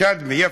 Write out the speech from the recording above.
שדמי, כן.